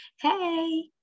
hey